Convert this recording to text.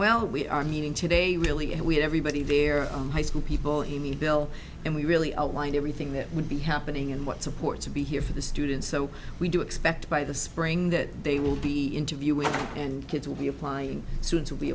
well we are meeting today really and we had everybody there high school people in the bill and we really outlined everything that would be happening and what support to be here for the students so we do expect by the spring that they will be interview with and kids will be applying s